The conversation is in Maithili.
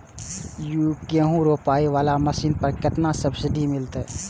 गेहूं रोपाई वाला मशीन पर केतना सब्सिडी मिलते?